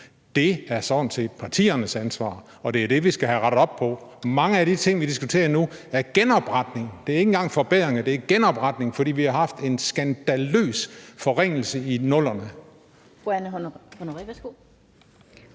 det er sådan set partiernes ansvar, og det er det, vi skal have rettet op på. Mange af de ting, vi diskuterer nu, er genopretning, det er ikke engang forbedringer, det er genopretning, fordi vi har haft en skandaløs forringelse i 00'erne.